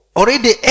already